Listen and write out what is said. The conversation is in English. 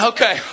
Okay